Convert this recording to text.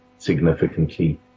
significantly